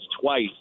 twice